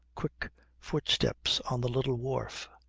quick footsteps on the little wharf.